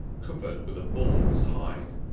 covered with a bull's hide,